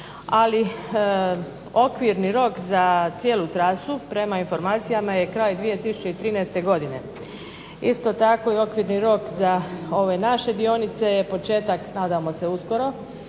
Ali okvirni rok za cijelu trasu, prema informacijama, je kraj 2013. godine. Isto tako okvirni rok za ove naše dionice je početak, nadamo se uskoro,